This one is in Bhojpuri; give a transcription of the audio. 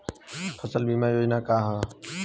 फसल बीमा योजना का ह?